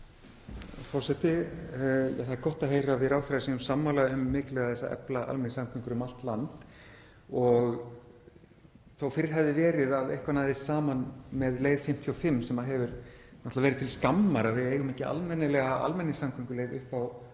Það er gott að heyra að við ráðherra séum sammála um mikilvægi þess að efla almenningssamgöngur um allt land. Þó fyrr hefði verið að eitthvað næðist saman með leið 55, það hefur verið til skammar að við eigum ekki almennilega almenningssamgönguleið út á